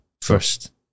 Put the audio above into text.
first